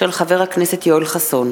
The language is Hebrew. של חברי הכנסת דוד אזולאי,